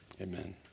Amen